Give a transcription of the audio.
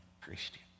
Christian